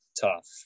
tough